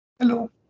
Hello